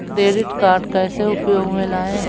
Credit card कैसे उपयोग में लाएँ?